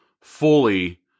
fully